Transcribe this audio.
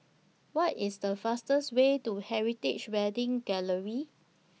What IS The fastest Way to Heritage Wedding Gallery